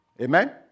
Amen